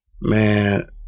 Man